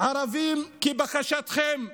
ערבים כבקשתכם.